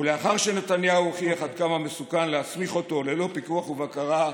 לאחר שנתניהו הוכיח עד כמה מסוכן להסמיך אותו ללא פיקוח ובקרה,